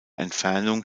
entfernung